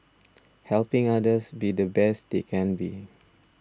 helping others be the best they can be